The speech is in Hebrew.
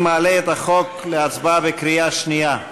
אני מעלה את החוק להצבעה בקריאה שנייה.